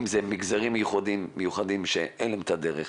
אם זה מגזרים מיוחדים שאין להם את הדרך.